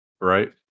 Right